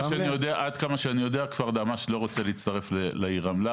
עד כמה שאני יודע כפר דהמש לא רוצה להצטרף לעיר רמלה.